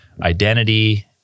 identity